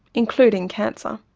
including cancer.